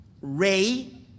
ray